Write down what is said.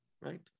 right